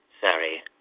Sorry